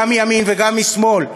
גם מימין וגם משמאל.